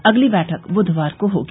अगली बैठक बुधवार को होगी